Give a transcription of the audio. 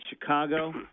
Chicago